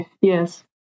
yes